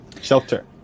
shelter